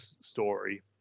story